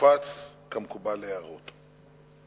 יופץ כמקובל להערות.